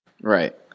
Right